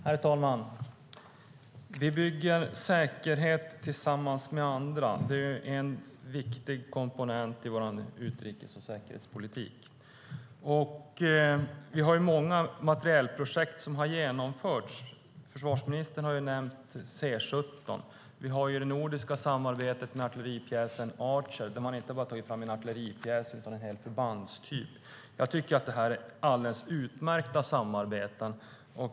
Herr talman! Vi bygger säkerhet tillsammans med andra. Det är en viktig komponent i vår utrikes och säkerhetspolitik. Många materielprojekt har genomförts. Försvarsministern har nämnt C-17. Vi har också det nordiska samarbetet med artilleripjäsen Archer, där man inte har tagit fram bara en artilleripjäs utan en hel förbandstyp. Detta är alldeles utmärkta samarbeten.